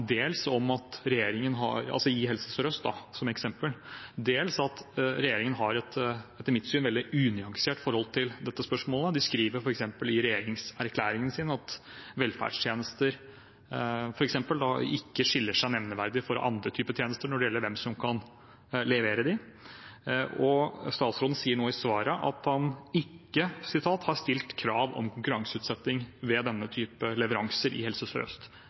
dels om at regjeringen har et etter mitt syn veldig unyansert forhold til dette spørsmålet. De skriver f.eks. i regjeringserklæringen at velferdstjenester ikke skiller seg nevneverdig fra andre typer tjenester når det gjelder hvem som kan levere dem, og statsråden sier nå i svaret at han «ikke har gitt krav om å gjennomføre konkurranseutsetting» ved denne type leveranser i Helse